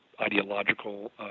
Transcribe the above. ideological